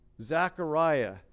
Zachariah